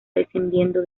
descendiendo